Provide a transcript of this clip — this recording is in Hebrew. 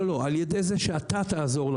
על ידי זה שאתה תעזור.